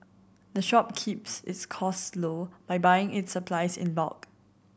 the shop keeps its costs low by buying its supplies in bulk